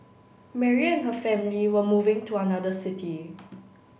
Mary and her family were moving to another city